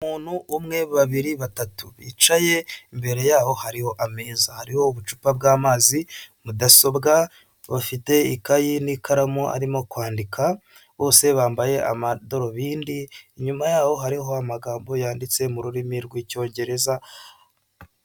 Umuntu umwe babiri batatu bicaye imbere yaho hariho ameza, hariho ubucupa bw'amazi, mudasobwa bafite ikaye n'ikaramu arimo kwandika, bose bambaye amadarubindi inyuma yabo hariho amagambo yanditse murimi rw'icyongereza.